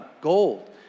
gold